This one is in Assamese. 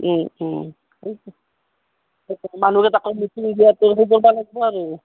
মানুহকেইটাক লাগিব আৰু